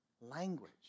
language